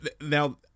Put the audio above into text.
Now